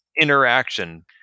interaction